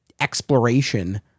exploration